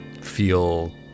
feel